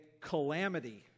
Calamity